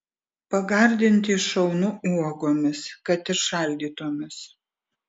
pagardinti šaunu uogomis kad ir šaldytomis